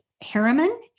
Harriman